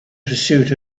pursuit